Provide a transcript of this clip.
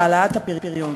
העלאת הפריון.